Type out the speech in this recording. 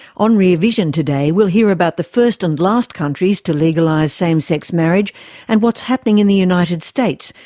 on rear vision today, we'll hear about the first and last countries to legalise same-sex marriage and what's happening in the united states,